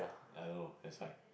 ya I don't know that's why